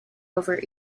over